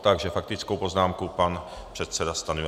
Takže faktickou poznámku pan předseda Stanjura.